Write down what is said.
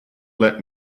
let